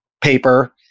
paper